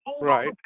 Right